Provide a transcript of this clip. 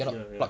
ya ya